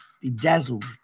bedazzled